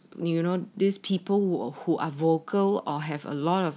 you know these people who are who are vocal or have a lot of